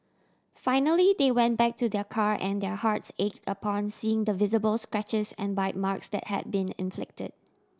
finally they went back to their car and their hearts ached upon seeing the visible scratches and bite marks that had been inflicted